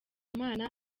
mana